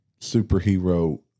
superhero